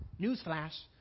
Newsflash